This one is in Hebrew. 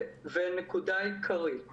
להערכה פסיכיאטרית